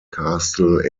castle